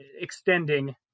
extending